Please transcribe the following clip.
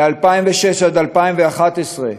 מ-2006 עד 2011,